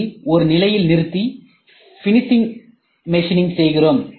C யில் ஒரு நிலையில் நிறுத்தி ஃபினிஷிங் மெஷினிங் செய்கிறோம்